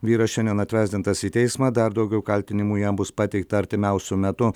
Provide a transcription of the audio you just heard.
vyras šiandien atvesdintas į teismą dar daugiau kaltinimų jam bus pateikta artimiausiu metu